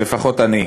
לפחות אני.